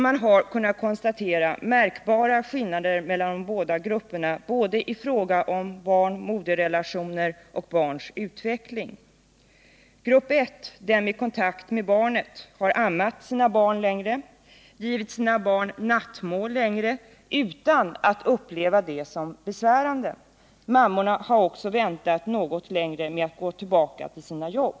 Man har kunnat konstatera märkbara skillnader mellan de båda grupperna både i fråga om relationerna mellan barn och moder och i fråga om barnens utveckling. Mammorna i den första gruppen, som man kan kalla kontaktgruppen, har ammat sina barn längre och givit dem nattmål längre tid utan att uppleva det som besvärande. De har också väntat något längre med att gå tillbaka till sina jobb.